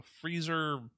freezer